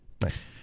Nice